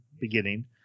beginning